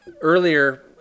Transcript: earlier